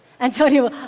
Antonio